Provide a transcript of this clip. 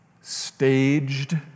staged